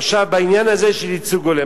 עכשיו בעניין הזה של ייצוג הולם.